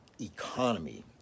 economy